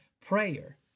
prayer